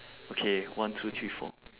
okay one two three four